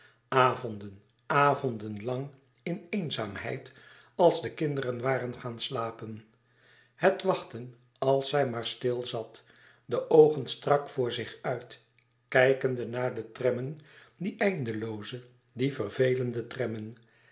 avonden avonden lang in eenzaamheid als de kinderen waren gaan slapen het wachten als zij maar stil zat de oogen strak voor zich uit kijkende naar de trammen die eindelooze die vervelende trammen